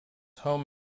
home